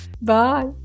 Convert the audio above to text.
bye